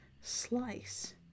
Slice